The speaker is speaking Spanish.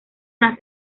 las